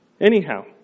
Anyhow